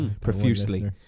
profusely